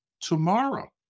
tomorrow